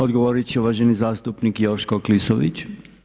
Odgovorit će uvaženi zastupnik Joško Klisović.